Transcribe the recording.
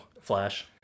Flash